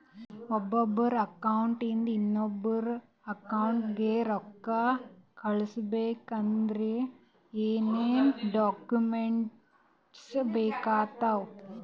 ಒಬ್ಬರ ಅಕೌಂಟ್ ಇಂದ ಇನ್ನೊಬ್ಬರ ಅಕೌಂಟಿಗೆ ರೊಕ್ಕ ಕಳಿಸಬೇಕಾದ್ರೆ ಏನೇನ್ ಡಾಕ್ಯೂಮೆಂಟ್ಸ್ ಬೇಕಾಗುತ್ತಾವ?